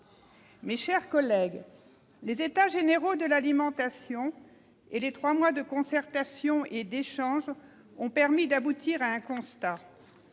Mes chers collègues, les États généraux de l'alimentation et les trois mois de concertation et d'échanges ont permis d'aboutir à un constat